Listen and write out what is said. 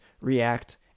React